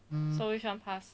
so which one pass